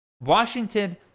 Washington